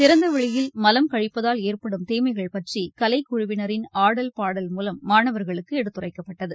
திறந்தவெளியில் மலம் கழிப்பதால் ஏற்படும் தீமைகள் பற்றி கலைக்குழுவினரின் ஆடல் பாடல் மூலம் மாணவர்களுக்கு எடுத்துரைக்கப்பட்டது